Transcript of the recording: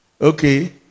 okay